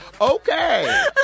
Okay